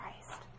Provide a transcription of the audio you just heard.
Christ